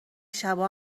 شبا